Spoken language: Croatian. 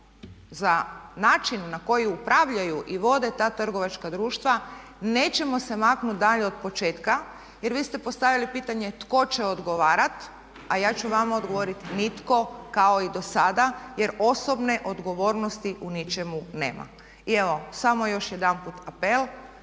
za način na koji upravljaju i vode ta trgovačka društva nećemo se maknuti dalje od početka. Jer vi ste postavili pitanje tko će odgovarati? A ja ću vama odgovoriti nitko kao i dosada jer osobne odgovornosti u ničemu nema. I evo samo još jedanput apel